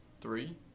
Three